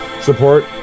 support